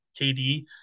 KD